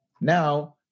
Now